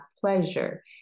pleasure